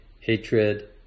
hatred